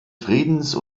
friedens